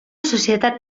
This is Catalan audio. societat